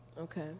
Okay